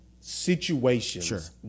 situations